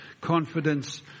confidence